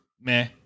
meh